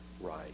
right